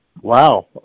Wow